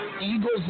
Eagles